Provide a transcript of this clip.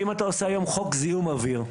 שאם אתה עושה היום חוק זיהום אוויר,